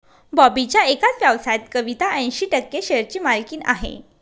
बॉबीच्या एकाच व्यवसायात कविता ऐंशी टक्के शेअरची मालकीण आहे